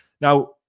now